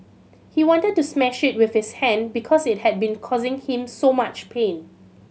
he wanted to smash it with his hand because it had been causing him so much pain